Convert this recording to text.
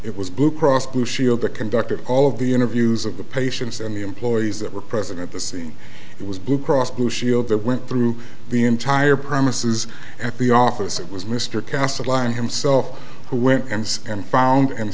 it was blue cross blue shield the conduct of all of the interviews of the patients and the employees that were present at the scene it was blue cross blue shield that went through the entire premises at the office it was mr cassatt line himself who went and and found and